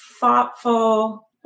thoughtful